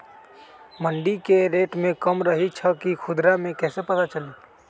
मंडी मे रेट कम रही छई कि खुदरा मे कैसे पता चली?